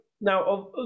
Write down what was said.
now